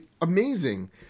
amazing